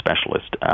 specialist